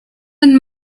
and